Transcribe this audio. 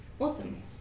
awesome